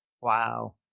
Wow